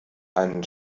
einen